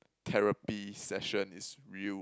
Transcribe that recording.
therapy session is real